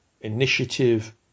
initiative